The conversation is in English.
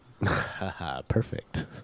Perfect